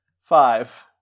five